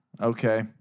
okay